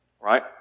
Right